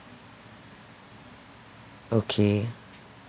okay